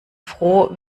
froh